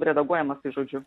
redaguojamas tai žodžiu